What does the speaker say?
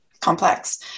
complex